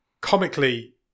comically